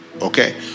Okay